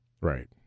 right